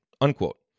unquote